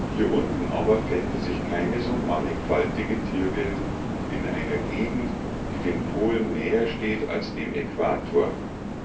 hier unten aber fände sich keine so mannigfaltige tierwelt in einer gegend die den polen näher steht als dem äquator